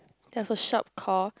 there's a shop call